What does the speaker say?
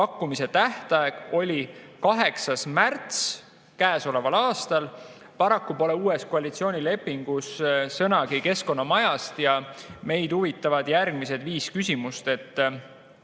Pakkumise tähtaeg oli 8. märts käesoleval aastal. Paraku pole uues koalitsioonilepingus sõnagi Keskkonnamajast. Ja meid huvitavad järgmised viis küsimust.